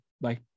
Bye